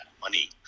money